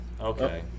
Okay